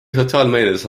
sotsiaalmeedias